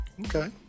Okay